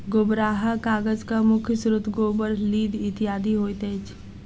गोबराहा कागजक मुख्य स्रोत गोबर, लीद इत्यादि होइत अछि